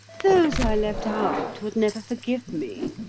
those i left out would never forgive me.